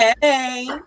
hey